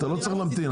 אתה לא צריך להמתין,